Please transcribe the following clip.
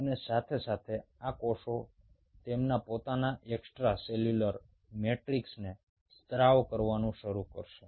અને સાથે સાથે આ કોષો તેમના પોતાના એક્સ્ટ્રા સેલ્યુલર મેટ્રિક્સને સ્ત્રાવ કરવાનું શરૂ કરશે